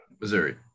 Missouri